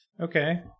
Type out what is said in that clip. Okay